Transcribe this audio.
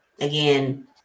again